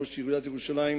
ראש עיריית ירושלים,